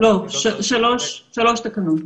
שלוש תקנות.